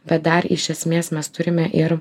bet dar iš esmės mes turime ir